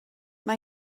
mae